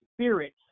spirit